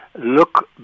look